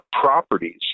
properties